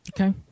Okay